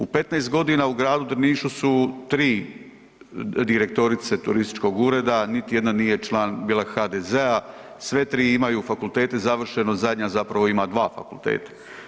U 15.g. u gradu Drnišu su 3 direktorice turističkog ureda, niti jedna nije član bila HDZ-a, sve 3 imaju fakultete završeno, zadnja zapravo ima dva fakulteta.